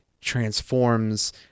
transforms